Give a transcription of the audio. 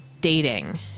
dating